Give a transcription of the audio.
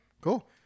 cool